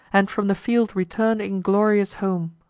and from the field return inglorious home.